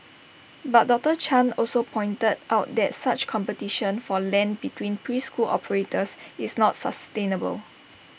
but doctor chung also pointed out that such competition for land between preschool operators is not sustainable